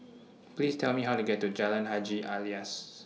Please Tell Me How to get to Jalan Haji Alias